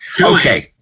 Okay